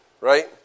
right